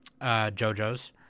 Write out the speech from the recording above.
JoJo's